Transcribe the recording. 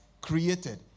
created